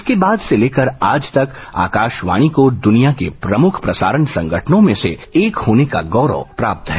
इसके बाद से लेकर आज तक आकाशवाणी को दुनिया के प्रमुख प्रसारण संगठनों में से एक होने का गौरव प्राप्त है